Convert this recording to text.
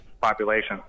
population